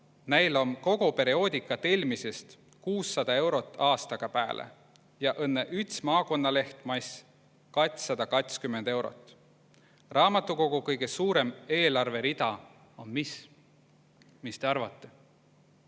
Näil om kogo perioodika tellmisõst 600 eurot aastaga pääle, a õnnõ üts maakonnaleht mass 220 eurot. Raamatukogo kõgõ suurõmb eelärverida on mis? Mis tõ arvatõ?